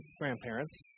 grandparents